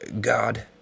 God